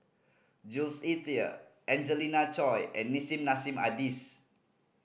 Jules Itier Angelina Choy and Nissim Nassim Adis